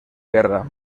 guerra